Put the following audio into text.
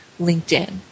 linkedin